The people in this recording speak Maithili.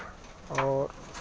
आओर